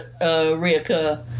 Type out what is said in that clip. reoccur